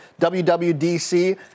WWDC